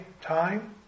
time